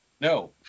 no